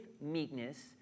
meekness